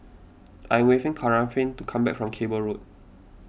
I'm waiting Katharyn to come back from Cable Road